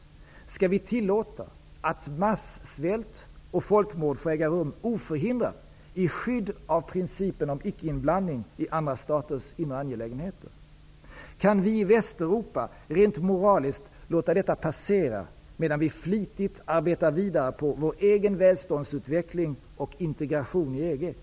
Skall vi tillåta att massvält och folkmord får äga rum oförhindrat i skydd av principen om ickeinblandning i andra staters inre angelägenheter? Kan vi i Västeuropa rent moraliskt låta detta passera medan vi flitigt arbetar vidare på vår egen välståndsutveckling och integration i EG?